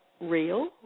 real